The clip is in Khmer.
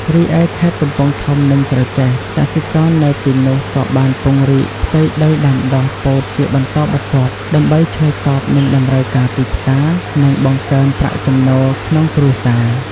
រីឯខេត្តកំពង់ធំ និងក្រចេះ កសិករនៅទីនោះក៏បានពង្រីកផ្ទៃដីដាំដុះពោតជាបន្តបន្ទាប់ ដើម្បីឆ្លើយតបនឹងតម្រូវការទីផ្សារ និងបង្កើនប្រាក់ចំណូលក្នុងគ្រួសារ។